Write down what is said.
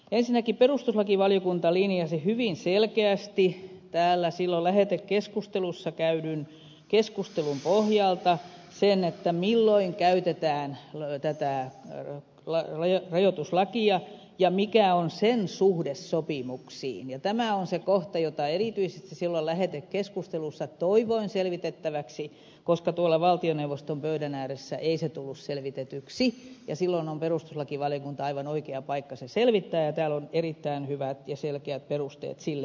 ensinnäkin perustuslakivaliokunta linjasi hyvin selkeästi täällä silloin lähetekeskustelussa käydyn keskustelun pohjalta sen milloin käytetään tätä rajoituslakia ja mikä on sen suhde sopimuksiin ja tämä on se kohta jota erityisesti silloin lähetekeskustelussa toivoin selvitettäväksi koska tuolla valtioneuvoston pöydän ääressä ei se tullut selvitetyksi ja silloin on perustuslakivaliokunta aivan oikea paikka se selvittää ja täällä on erittäin hyvät ja selkeät perusteet sille